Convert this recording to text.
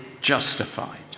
justified